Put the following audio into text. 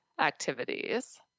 activities